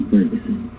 Ferguson